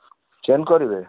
chain କରିବେ